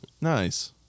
Nice